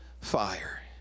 fire